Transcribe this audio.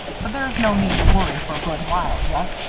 but there's no need to worry for a good while yet.